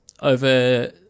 over